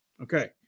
okay